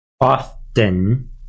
often